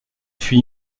fut